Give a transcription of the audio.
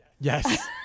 Yes